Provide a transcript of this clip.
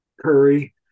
curry